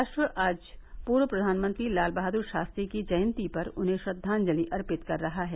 राष्ट्र आज पूर्व प्रधानमंत्री लाल बहादुर शास्त्री की जयंती पर उन्हें श्रद्वांजलि अर्पित कर रहा है